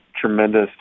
tremendous –